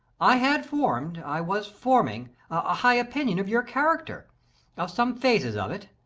i had formed i was forming a high opinion of your character a of some phases of it.